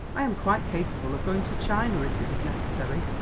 i am quite capable of going to china if it was necessary.